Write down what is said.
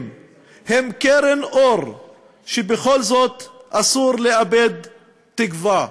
הם קרן אור שבכל זאת אסור לאבד תקווה.